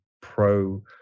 Pro